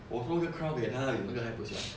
我做一个 crown 给他他也不喜欢